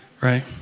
right